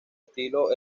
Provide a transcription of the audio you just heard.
estilo